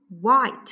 White